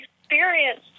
experience